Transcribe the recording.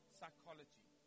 psychology